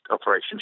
operation